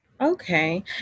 Okay